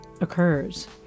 occurs